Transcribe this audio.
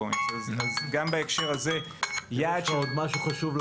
צריך לומר שרמת היישום של מדינת